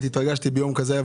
התרגשתי ביום כזה.